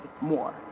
more